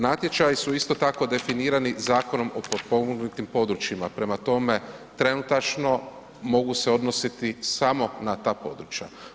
Natječaji su isto tako definirani Zakonom o potpomognutim područjima prema tome, trenutačno mogu se odnositi samo na ta područja.